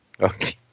Okay